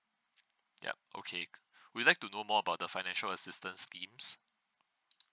yup okay would you like to know more about the financial assistance schemes